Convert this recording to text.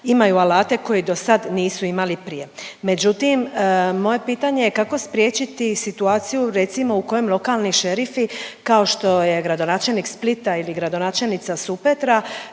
imaju alate koje do sad nisu imali prije. Međutim, moje pitanje je kako spriječiti situaciju u kojoj lokalni šerifi, kao što je gradonačelnik Splita ili gradonačelnica Supetra